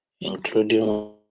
including